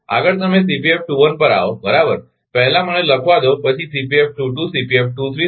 આગળ તમે પર આવો બરાબર પહેલા મને લખવા દો પછી